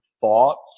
thoughts